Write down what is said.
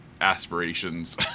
aspirations